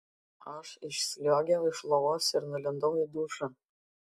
aš išsliuogiau iš lovos ir nulindau į dušą